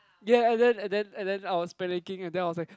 ya and then and then and then I was panicking and then I was like